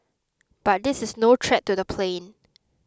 but this is no threat to the plane